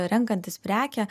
renkantis prekę